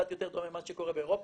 הוא קצת יותר דומה למה שקורה באירופה,